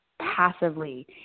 passively